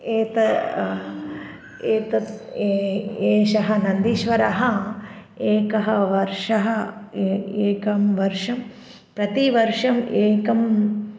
एत एतत् ए एषः नन्दीश्वरः एकं वर्षम् ए एकं वर्षं प्रतिवर्षम् एकम्